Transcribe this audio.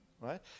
right